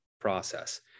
process